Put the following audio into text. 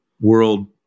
world